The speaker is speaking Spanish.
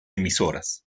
emisoras